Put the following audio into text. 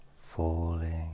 falling